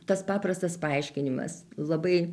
tas paprastas paaiškinimas labai